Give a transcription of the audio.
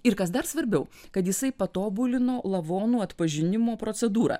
ir kas dar svarbiau kad jisai patobulino lavonų atpažinimo procedūrą